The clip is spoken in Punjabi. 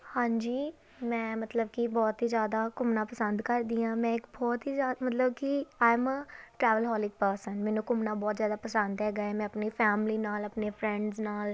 ਹਾਂਜੀ ਮੈਂ ਮਤਲਬ ਕਿ ਬਹੁਤ ਹੀ ਜ਼ਿਆਦਾ ਘੁੰਮਣਾ ਪਸੰਦ ਕਰਦੀ ਹਾਂ ਮੈਂ ਇੱਕ ਬਹੁਤ ਹੀ ਜਿਆ ਮਤਲਬ ਕਿ ਆਈ ਐਮ ਟਰੈਵਲਹੋਲੀਕ ਪਰਸਨ ਮੈਨੂੰ ਘੁੰਮਣਾ ਬਹੁਤ ਜ਼ਿਆਦਾ ਪਸੰਦ ਹੈਗਾ ਹੈ ਮੈਂ ਆਪਣੀ ਫੈਮਲੀ ਨਾਲ ਆਪਣੇ ਫਰੈਂਡਸ ਨਾਲ